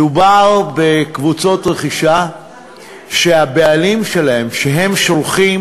מדובר בקבוצות רכישה שהבעלים שלהן שולחים